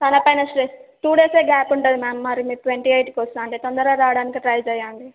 తలపైన stress two days gap ఉంటుంది ma'am మీరు ట్వంటీ ఎయిట్కి వస్తాను అంటే తొందరగా రావడానికి ట్రై చేయండి